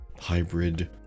hybrid